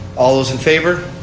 all those in favor.